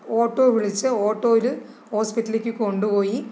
auto വിളിച്ച് ഓട്ടോയിൽ ഹോസ്പിറ്റലിലേയ്ക്ക് കൊണ്ടുപോയി